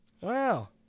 Wow